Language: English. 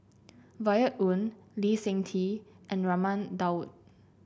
Violet Oon Lee Seng Tee and Raman Daud